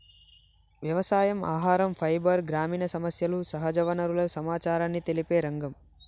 వ్యవసాయం, ఆహరం, ఫైబర్, గ్రామీణ సమస్యలు, సహజ వనరుల సమచారాన్ని తెలిపే రంగం